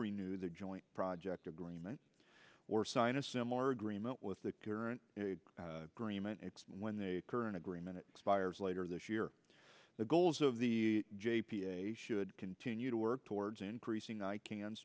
renewed the joint project agreement or sign a similar agreement with the current agreement and when the current agreement expires later this year the goals of the j p a should continue to work towards increasing i can